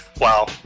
wow